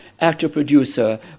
actor-producer